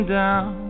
down